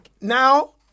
Now